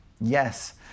Yes